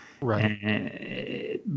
Right